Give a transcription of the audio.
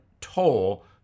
toll